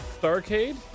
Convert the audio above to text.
Starcade